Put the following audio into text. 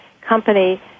company